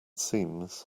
seams